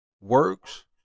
works